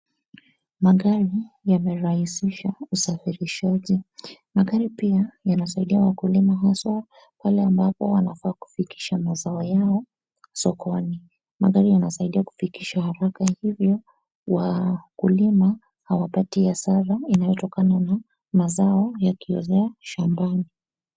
Magari yamerahisisha usafirishaji. Magari pia yanasaidia wakulima haswa pale ambapo wanafaa kufikisha mazao yao sokoni. Magari yanasaidia kufikisha haraka hivyo wakulima hawapati hasara inayotokana na mazao yakiozea shambani.